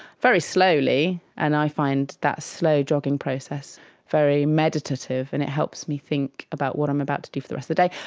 very slowly, and i find that slow jogging process very meditative and it helps me think about what i'm about to do for the rest of the day.